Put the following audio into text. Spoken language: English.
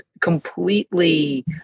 completely